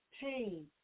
pain